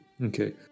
Okay